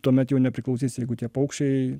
tuomet jau nepriklausys jeigu tie paukščiai